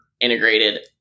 integrated